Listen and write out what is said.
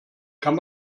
kann